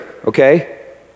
Okay